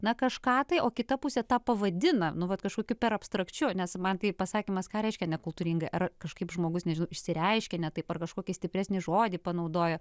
na kažką tai o kita pusė tą pavadina nu vat kažkokiu per abstrakčiu nes man tai pasakymas ką reiškia nekultūringai ar kažkaip žmogus nežinau išsireiškė ne taip ar kažkokie stipresnį žodį panaudojo